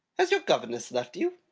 has your governess left you?